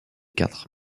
quatre